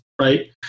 right